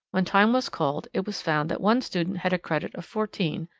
when time was called it was found that one student had a credit of fourteen,